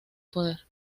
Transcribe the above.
poder